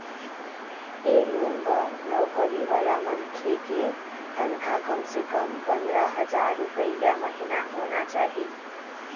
ए loan बर नउकरी वाला मनखे के तनखा कम ले कम पंदरा हजार रूपिया महिना होना चाही